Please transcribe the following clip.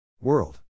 World